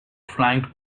flanked